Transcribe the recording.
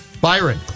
Byron